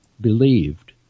believed